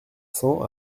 cents